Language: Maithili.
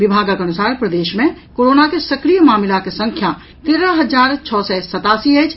विभागक अनुसार प्रदेश मे कोरोना के सक्रिय मामिलाक संख्या तेरह हजार छओ सय सतासी अछि